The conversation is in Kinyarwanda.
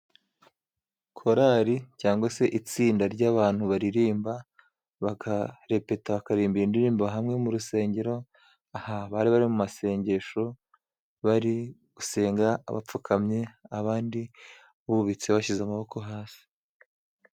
Korari cyangwa se itsinda ry'abantu baririmba bakarepeta, bakaririmbira indirimbo hamwe mu rusengero. Aha bari bari mu masengesho, bari gusenga bapfukamye, abandi bubitse bashyize amaboko hasi.